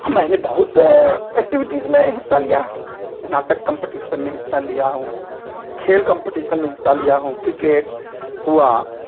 हाँ मैंने बहुत से एक्टिविटीज़ में हिस्सा लिया है नाटक कंपटीशन में हिस्सा लिया हूँ खेल कंपटीशन में हिस्सा लिया हूँ क्रिकेट हुआ